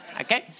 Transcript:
Okay